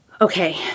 Okay